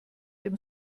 dem